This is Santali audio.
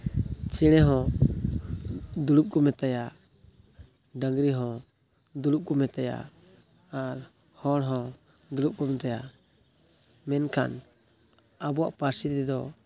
ᱪᱮᱬᱮ ᱦᱚᱸ ᱫᱩᱲᱩᱵ ᱠᱚ ᱢᱮᱛᱟᱭᱟ ᱰᱟᱝᱨᱤ ᱦᱚᱸ ᱫᱩᱲᱩᱵ ᱠᱚ ᱢᱮᱛᱟᱭᱟ ᱟᱨ ᱦᱚᱲᱦᱚᱸ ᱫᱩᱲᱩᱵ ᱠᱚ ᱢᱮᱛᱟᱭᱟ ᱢᱮᱱᱠᱷᱟᱱ ᱟᱵᱚᱣᱟᱜ ᱯᱟᱹᱨᱥᱤ ᱛᱮᱫᱚ